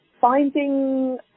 finding